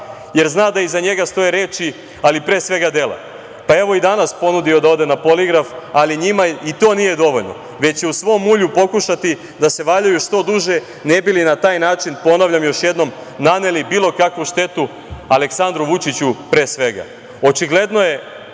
jer zna da iza njega stoje reči, ali pre svega dela. Evo, i danas je ponudio da ode na poligraf, ali njima i to nije dovoljno, već će u svom mulju pokušati da se valjaju što duže, ne bi li na taj način, ponavljam još jednom, naneli bilo kakvu štetu Aleksandru Vučiću, pre